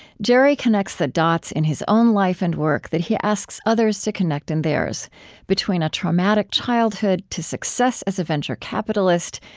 jerry connects the dots in his own life and work that he asks others to connect in theirs between a traumatic childhood to success as a venture capitalist,